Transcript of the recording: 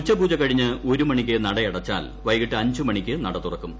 ഉച്ചപൂജ കഴിഞ്ഞ് ഒരു മണിക്ക് നട അടച്ചാൽ വൈകിട്ട് അഞ്ച് മണിക്ക് നട തുറക്കും